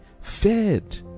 fed